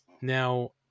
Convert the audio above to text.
Now